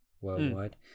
worldwide